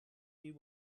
you